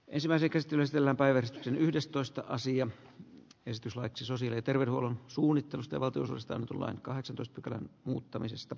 esillä sekä stylistillä päästetyn yhdestoista sijan esitys laiksi sosiaali terveydenhuollon suunnittelusta valtuustosta tulee kaheksatuspykälän kielteisiä